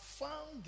found